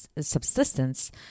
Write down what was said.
subsistence